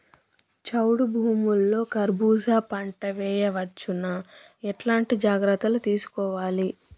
చౌడు భూముల్లో కర్బూజ పంట వేయవచ్చు నా? ఎట్లాంటి జాగ్రత్తలు తీసుకోవాలి?